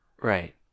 right